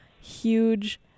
huge